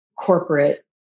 corporate